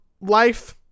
life